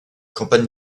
campagne